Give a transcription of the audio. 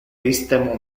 iste